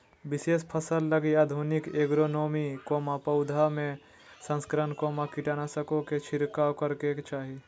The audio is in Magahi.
विशेष फसल लगी आधुनिक एग्रोनोमी, पौधों में संकरण, कीटनाशकों के छिरकाव करेके चाही